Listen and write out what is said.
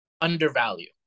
Undervalue